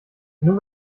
nur